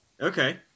Okay